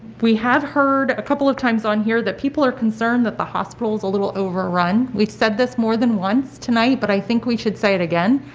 we have heard a couple of times on here that people are concerned that the hospital's a little overrun. we've said this more than once tonight, but i think we should say it again.